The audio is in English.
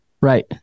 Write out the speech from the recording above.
Right